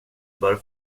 bör